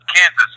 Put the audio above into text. Kansas